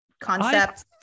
concept